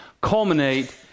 culminate